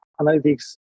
analytics